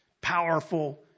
powerful